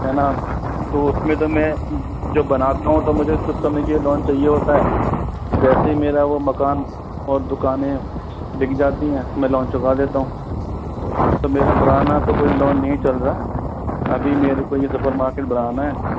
है न तो इसमें तो मैं जब बनाता हूँ तब मुझे कुछ समय के लिए लोन चाहिए होता है जैसे ही मेरा वह मकान और दुकानें बिक जाती हैं मैं लोन चुका देता हूँ तो मेरा पुराना तो कोई लोन नहीं चल रहा अभी मेरे को यह सुपर मार्केट बनाना है